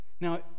Now